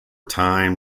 time